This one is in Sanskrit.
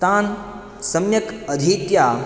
तान् सम्यक् अधीत्य